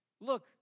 look